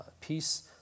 peace